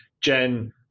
Jen